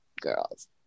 girls